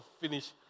finish